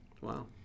Wow